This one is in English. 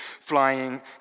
flying